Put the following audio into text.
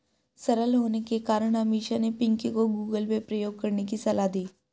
सरल होने के कारण अमीषा ने पिंकी को गूगल पे प्रयोग करने की सलाह दी